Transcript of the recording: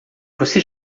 você